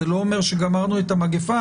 זה לא אומר שגמרנו את המגפה,